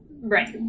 Right